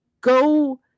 go